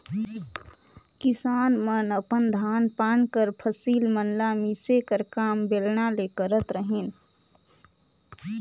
किसान मन अपन धान पान कर फसिल मन ल मिसे कर काम बेलना ले करत रहिन